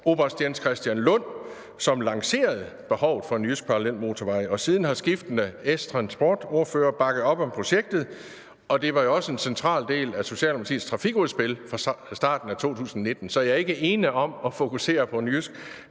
oberst Jens Christian Lund, som lancerede behovet for en jysk parallelmotorvej. Siden har skiftende S-transportordførere bakket op om projektet, og det var jo også en central del af Socialdemokratiets trafikudspil fra starten af 2019. Så jeg er ikke ene om at fokusere på en jysk